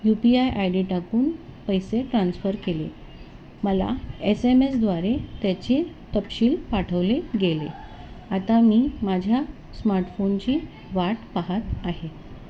you P I I D टाकून पैसे transfer केले मला एस एम एसद्वारे त्याचे तपशील पाठवले गेले आता मी माझ्या स्मार्टफोनची वाट पाहात आहे